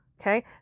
Okay